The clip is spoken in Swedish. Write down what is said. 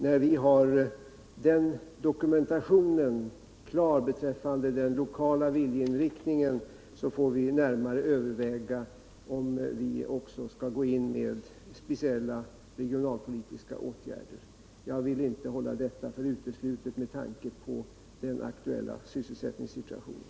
När vi har dokumentationen om den lokala viljeinriktningen klar får vi närmare överväga, om vi också skall gå in med speciella regionalpolitiska åtgärder. Jag vill inte hålla detta för uteslutet med tanke på den aktuella sysselsättningssituationen.